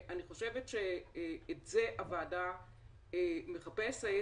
אני חושבת שאת זה הוועדה מחפשת.